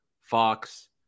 Fox